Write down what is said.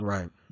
Right